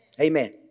amen